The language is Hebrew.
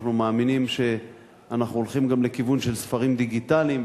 אנחנו מאמינים שאנחנו הולכים גם לכיוון של ספרים דיגיטליים,